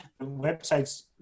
website's